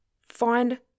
find